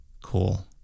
Cool